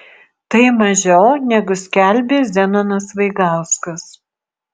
tai mažiau negu skelbė zenonas vaigauskas